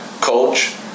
coach